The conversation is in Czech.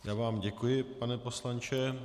Já vám děkuji, pane poslanče.